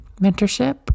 mentorship